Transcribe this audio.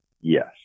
Yes